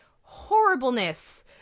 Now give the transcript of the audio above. horribleness